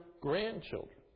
grandchildren